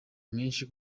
menshi